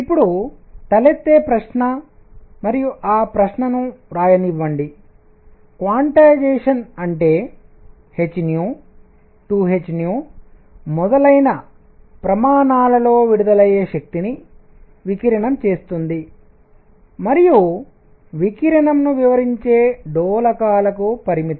ఇప్పుడు తలెత్తే ప్రశ్న మరియు ఆ ప్రశ్నను రాయనివ్వండి క్వాంటైజేషన్ అంటే h 2 h మొదలైన ప్రమాణాలలో విడుదలయ్యే శక్తిని వికిరణం చేస్తుంది మరియు వికిరణంను వివరించే డోలకాలకు పరిమితం